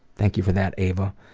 thank you for that, ava.